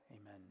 Amen